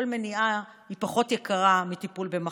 כל מניעה היא פחות יקרה מטיפול במחלה.